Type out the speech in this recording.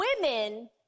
women